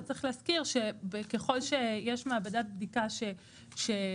אבל צריך להזכיר שככול שיש מעבדת בדיקה שעשתה